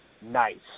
Nice